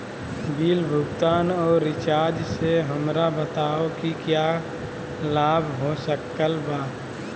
Bill भुगतान और recharge से हमरा बताओ कि क्या लाभ हो सकल बा?